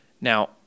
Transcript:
Now